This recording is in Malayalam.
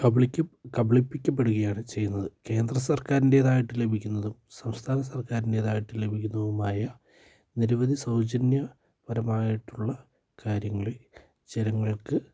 കബളിപ്പിക്കപ്പെടുകയാണ് ചെയ്യുന്നത് കേന്ദ്ര സർക്കാരിൻ്റെേതായിട്ട് ലഭിക്കുന്നതും സംസ്ഥാന സർക്കാരിൻ്റേതായിട്ട് ലഭിക്കുന്നതുമായ നിരവധി സൗജന്യപരമായിട്ടുള്ള കാര്യങ്ങളിൽ ജനങ്ങൾക്ക്